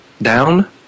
down